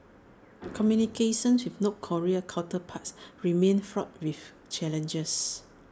communications with north Korean counterparts remain fraught with challenges